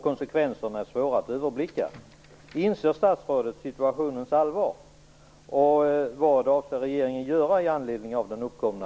Konsekvenserna är svåra att överblicka.